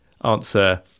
answer